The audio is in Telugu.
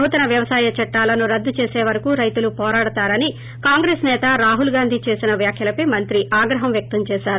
నూతన వ్యవసాయ చట్టాలను రద్దు చేస వరకు రైతులు వోరాడుతారని కాంగ్రెస్ సేత రాహుల్ గాంధీ చేసిన వ్యాఖ్యలపై మంత్రి ఆగ్రహం వ్యక్తం చేసారు